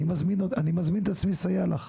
אני מזמין את עצמי לסייע לך.